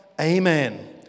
amen